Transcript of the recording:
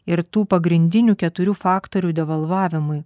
ir tų pagrindinių keturių faktorių devalvavimui